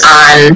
on